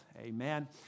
Amen